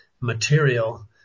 material